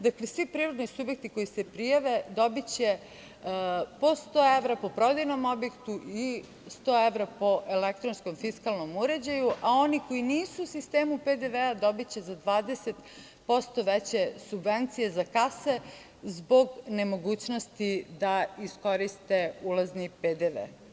Dakle, svi privredni subjekti koji se prijave dobiće po 100 evra po prodajnom objektu i 100 evra po elektronskom fiskalnom uređaju, a oni koji nisu u sistemu PDV dobiće za 20% veće subvencije za kase zbog nemogućnosti da iskoriste ulazni PDV.